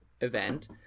event